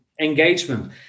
engagement